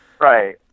Right